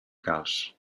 calç